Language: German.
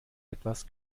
etwas